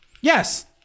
Yes